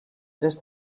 tres